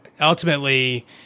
ultimately